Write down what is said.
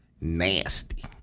Nasty